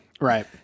Right